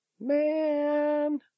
Man